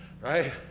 right